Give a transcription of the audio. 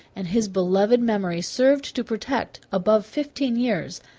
and his beloved memory served to protect, above fifteen years,